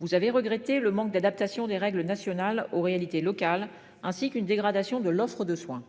Vous avez regretté le manque d'adaptation des règles nationales aux réalités locales ainsi qu'une dégradation de l'offre de soins.